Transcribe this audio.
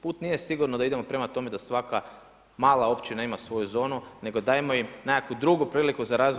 Put nije sigurno da idemo prema tome da svaka mala općina ima svoju zonu, nego dajmo im nekakvu drugu priliku za razvoj.